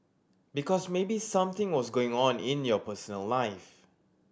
because maybe something was going on in your personal life